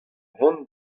vont